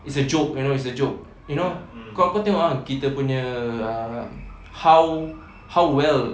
is a joke you know is a joke you know kau kau tengok ah kita punya uh how how well